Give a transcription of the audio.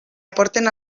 aporten